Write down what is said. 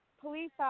police